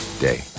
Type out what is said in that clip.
day